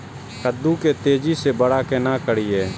कद्दू के तेजी से बड़ा केना करिए?